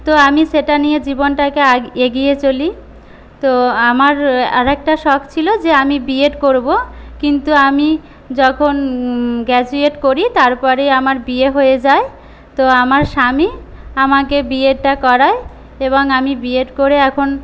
তো আমি সেটা নিয়ে জীবনটাকে এগিয়ে চলি তো আমার আর একটা শখ ছিল যে আমি বিএড করব কিন্তু আমি যখন গ্র্যাজুয়েট করি তারপরই আমার বিয়ে হয়ে যায় তো আমার স্বামী আমাকে বিএডটা করায় এবং আমি বিএড করে এখন